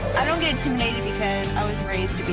i don't get intimidated, because i was raised